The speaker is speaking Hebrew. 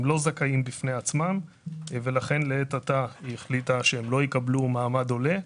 הם לא זכאים בפני עצמם ולכן לעת עתה היא החליטה שהם לא יקבלו מעמד עולה.